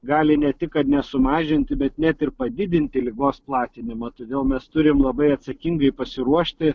gali ne tik kad nesumažinti bet net ir padidinti ligos platinimą todėl mes turim labai atsakingai pasiruošti